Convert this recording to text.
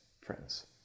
friends